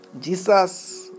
Jesus